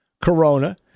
corona